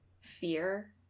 fear